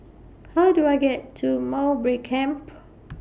How Do I get to Mowbray Camp